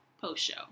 post-show